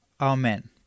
Amen